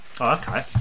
okay